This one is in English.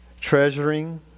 treasuring